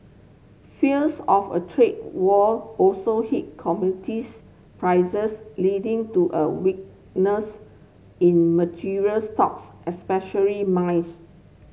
fears of a trade war also hit commodities prices leading to a weakness in materials stocks especially mines